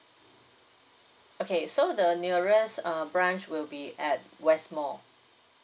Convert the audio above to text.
okay so the nearest uh branch will be at west mall